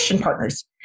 partners